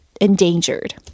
endangered